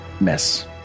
Miss